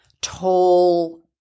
tall